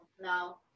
no